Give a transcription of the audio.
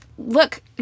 Look